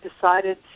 decided